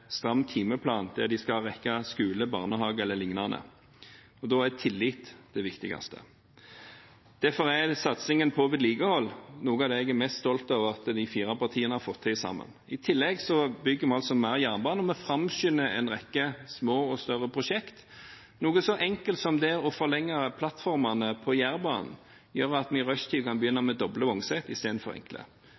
stram timeplan der de skal rekke skole, barnehage e.l. Da er tillit det viktigste. Derfor er satsingen på vedlikehold noe av det jeg er mest stolt over at de fire partiene har fått til sammen. I tillegg bygger vi altså mer jernbane. Vi framskynder en rekke små og større prosjekter. Noe så enkelt som det å forlenge plattformene på Jærbanen gjør at vi i rushtiden kan begynne med doble vognsett i stedet for enkle.